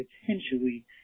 potentially